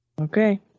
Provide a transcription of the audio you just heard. Okay